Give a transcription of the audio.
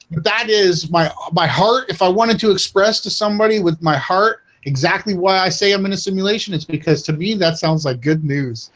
that is my ah my heart if i wanted to express to somebody with my heart exactly why i say i'm in a simulation it's because to me that sounds like good news.